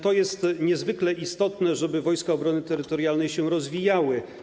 To jest niezwykle istotne, żeby Wojska Obrony Terytorialnej się rozwijały.